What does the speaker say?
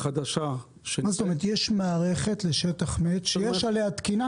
מה זאת אומרת, יש מערכת לשטח מת שיש לה תקינה?